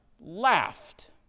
laughed